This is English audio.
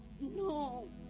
No